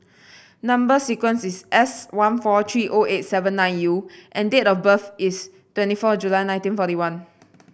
number sequence is S one four three O eight seven nine U and date of birth is twenty four July nineteen forty one